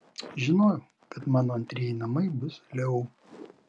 žinojau kad mano antrieji namai bus leu